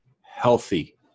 healthy